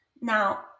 Now